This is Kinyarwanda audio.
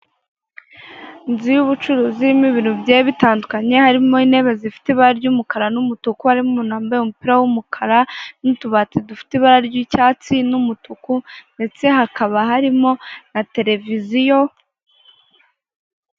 Inzu y'ubucuruzi irimo ibintu bigiye bitandukanye, harimo intebe zifite ibara ry'umukara n'umutuku, harimo umuntu wambaye umupira w'umukara n'utubati dufite ibara ry'icyatsi n'umutuku ndetse hakaba harimo na televiziyo.